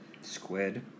squid